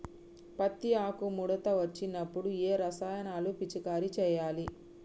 పత్తి ఆకు ముడత వచ్చినప్పుడు ఏ రసాయనాలు పిచికారీ చేయాలి?